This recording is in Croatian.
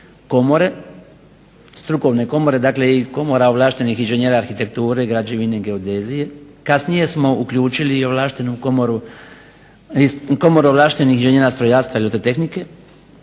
sve strukovne komore dakle komora i ovlaštenih inženjera arhitekture, građevine geodezije, kasnije smo uključili Komoru ovlaštenih inženjera strojarstva i elektrotehnike,